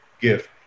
gift